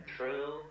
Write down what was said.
True